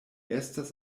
estas